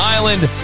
Island